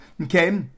Okay